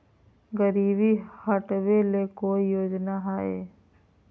गरीबी हटबे ले कोई योजनामा हय?